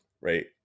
Right